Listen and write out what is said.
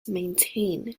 maintained